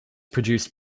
produced